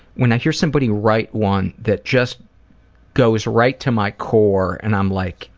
when i hear somebody write one that just goes right to my core and i'm like